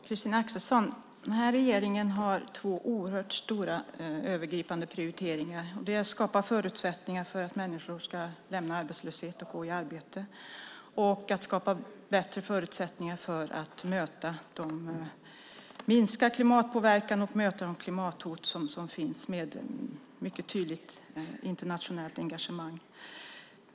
Herr talman! Den här regeringen har två övergripande prioriteringar, Christina Axelsson. Det är dels att skapa förutsättningar för människor att lämna arbetslösheten och få ett arbete, dels att skapa bättre förutsättningar för att minska klimatpåverkan och möta de klimathot som finns med ett mycket tydligt internationellt engagemang.